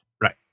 Right